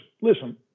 listen